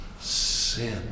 sin